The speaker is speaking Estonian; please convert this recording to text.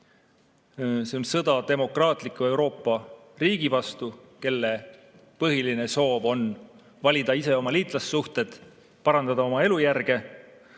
See on sõda demokraatliku Euroopa riigi vastu, kelle põhiline soov on valida ise oma liitlassuhted, parandada oma elujärge.